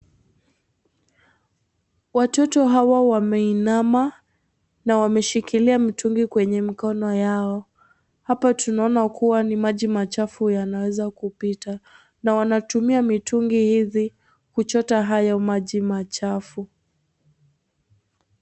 Watoto hawa wameinama na wameshikilia mitungi kwenye mikono yao, hapa tunaona kuwa ni maji machafu yanaweza kupita na wanatumia mitungi hizi kuchota hayo maji machafu.